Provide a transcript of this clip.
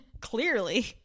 Clearly